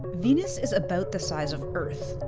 venus is about the size of earth,